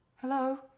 hello